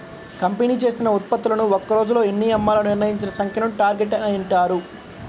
company చేసిన ఉత్పత్తులను ఒక్క రోజులో ఎన్ని అమ్మాలో నిర్ణయించిన సంఖ్యను టార్గెట్ అని అంటారు